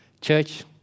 Church